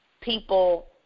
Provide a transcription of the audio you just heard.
people